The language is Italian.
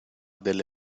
delle